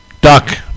duck